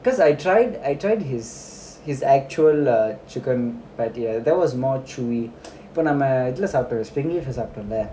cause I tried I tried his his actual uh chicken but ya that was more chewy இப்பநாம:ippa naa சாப்பிட்டோம்ல:sappitoomla